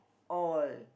all